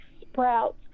sprouts